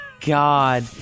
God